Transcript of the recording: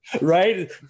right